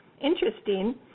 interesting